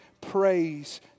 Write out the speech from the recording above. praise